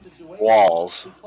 Walls